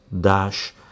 dash